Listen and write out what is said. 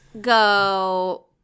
go